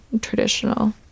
traditional